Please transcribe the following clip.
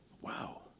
Wow